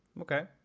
Okay